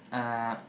uh